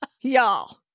Y'all